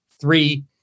Three